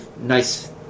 nice